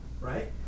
Right